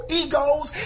egos